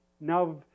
Now